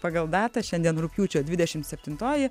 pagal datą šiandien rugpjūčio dvidešimt septintoji